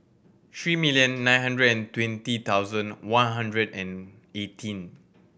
three million nine hundred and twenty thousand one hundred and eighteen